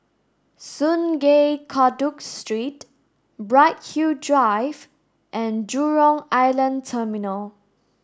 Sungei Kadut Street Bright Hill Drive and Jurong Island Terminal